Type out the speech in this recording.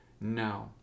No